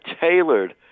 tailored